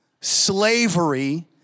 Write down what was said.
slavery